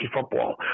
football